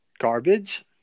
garbage